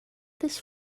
this